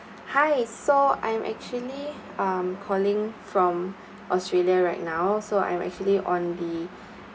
hi so I'm actually um calling from australia right now so I'm actually on the